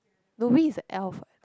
Louie is a elf ah